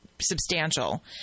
substantial